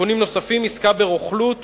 תיקונים נוספים: עסקה ברוכלות